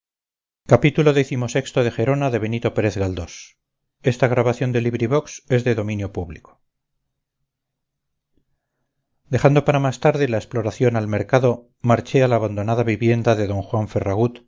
dejando para más tarde la exploración al mercado marché a la abandonada vivienda de d juan ferragut